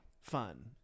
fun